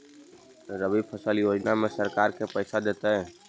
रबि फसल योजना में सरकार के पैसा देतै?